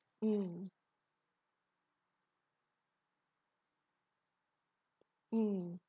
mm mm